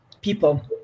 people